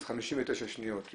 אז 59 שניות,